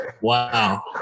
Wow